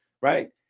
Right